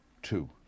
Two